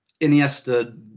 Iniesta